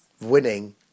winning